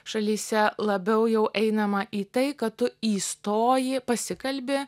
šalyse labiau jau einama į tai kad tu įstoji pasikalbi